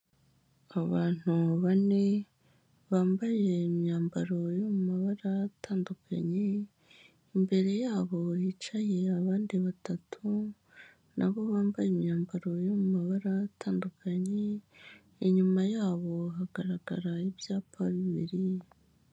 Abantu bane bambaye imyambaro ymabara atandukanye imbere yabo yicaye abandi batatu nabo bambaye imyambaro yamabara atandukanye inyuma yabo hagaragara ibyapa bibiriye.